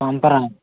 పంపరా